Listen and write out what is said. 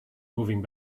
moving